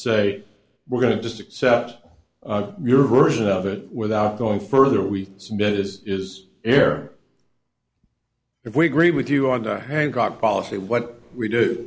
say we're going to just accept your version of it without going further we submit it is there if we agree with you on the hancock policy what we do